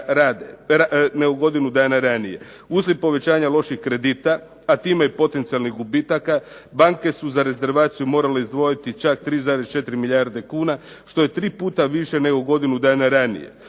nego godinu dana ranije. Uslijed povećanja loših kredita, a time i potencijalnih gubitaka banke su za rezervaciju morale izdvojiti čak 3,4 milijarde kuna što je 3 puta više nego godinu dana ranije.